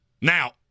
Now